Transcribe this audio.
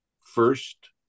first